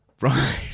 Right